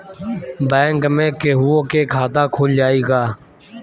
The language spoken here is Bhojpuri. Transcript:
बैंक में केहूओ के खाता खुल जाई का?